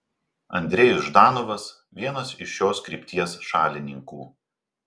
andrejus ždanovas vienas iš šios krypties šalininkų